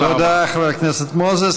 תודה, חבר הכנסת מוזס.